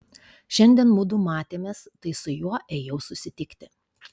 šiandien mudu matėmės tai su juo ėjau susitikti